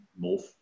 morph